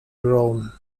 rome